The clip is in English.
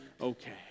okay